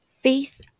faith